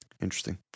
interesting